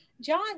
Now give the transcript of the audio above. John